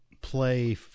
play